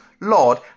Lord